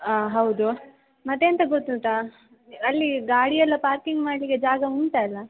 ಆಂ ಹೌದು ಮತ್ತು ಎಂತ ಗೊತ್ತುಂಟಾ ಅಲ್ಲಿ ಗಾಡಿ ಎಲ್ಲ ಪಾರ್ಕಿಂಗ್ ಮಾಡಲಿಕ್ಕೆ ಜಾಗ ಉಂಟಲ್ಲ